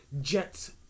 Jets